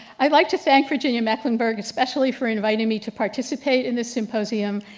i'd like to thank virginia mecklenburg especially for inviting me to participate in this symposium,